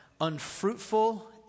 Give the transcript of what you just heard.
unfruitful